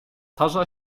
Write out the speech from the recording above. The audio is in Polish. tarza